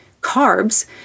carbs